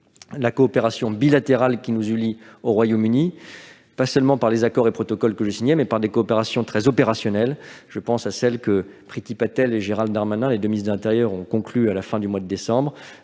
la coopération bilatérale qui nous unit au Royaume-Uni, pas seulement par les accords et protocoles que j'ai signalés, mais par des coopérations très opérationnelles. Je pense à celles que Priti Patel et Gérald Darmanin, les deux ministres de l'intérieur, ont conclues à la fin du mois de décembre,